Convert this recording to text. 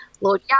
lord